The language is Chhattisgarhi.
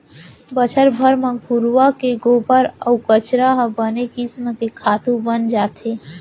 बछर भर म घुरूवा के गोबर अउ कचरा ह बने किसम के खातू बन जाथे